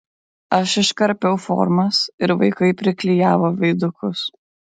aš iškarpiau formas ir vaikai priklijavo veidukus